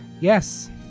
Yes